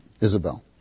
Isabel